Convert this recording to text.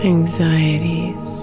Anxieties